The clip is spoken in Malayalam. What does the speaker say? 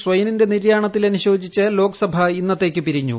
സ്വയിനിന്റെ നിര്യാണത്തിൽ അനുശോചിച്ച് ലോക്സഭ ഇന്നത്തേക്ക് പിരിഞ്ഞു